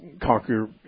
conquer